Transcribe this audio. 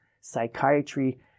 psychiatry